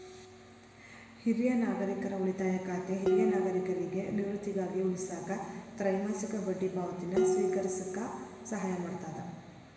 ಹಿರಿಯ ನಾಗರಿಕರ ಉಳಿತಾಯ ಖಾತೆ ಹಿರಿಯ ನಾಗರಿಕರಿಗಿ ನಿವೃತ್ತಿಗಾಗಿ ಉಳಿಸಾಕ ತ್ರೈಮಾಸಿಕ ಬಡ್ಡಿ ಪಾವತಿನ ಸ್ವೇಕರಿಸಕ ಸಹಾಯ ಮಾಡ್ತದ